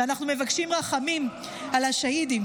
ואנחנו מבקשים רחמים על השהידים,